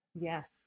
Yes